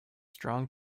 strong